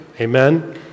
Amen